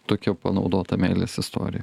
tokia panaudota meilės istorija